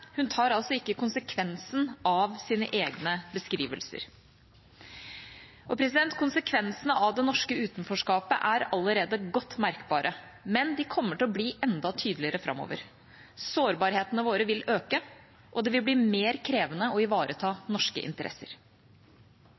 Hun tar altså ikke konsekvensen av sine egne beskrivelser. Konsekvensene av det norske utenforskapet er allerede godt merkbare, men de kommer til å bli enda tydeligere framover. Sårbarhetene våre vil øke, og det vil bli mer krevende å ivareta norske interesser.